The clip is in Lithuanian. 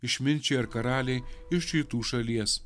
išminčiai ar karaliai iš rytų šalies